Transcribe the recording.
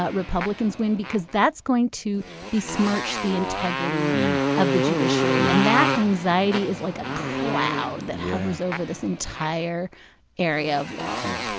ah republicans win? because that's going to besmirch the integrity of the judiciary. and that anxiety is like a cloud that hovers over this entire area of law yeah.